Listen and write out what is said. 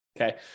okay